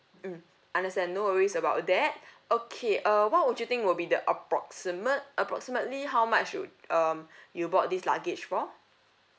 mm understand no worries about that okay uh what would you think will be the approximate approximately how much would um you bought this luggage for